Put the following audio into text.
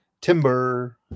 Timber